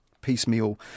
piecemeal